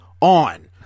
on